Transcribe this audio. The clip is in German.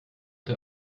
der